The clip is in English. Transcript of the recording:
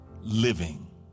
living